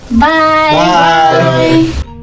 Bye